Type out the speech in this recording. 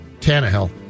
Tannehill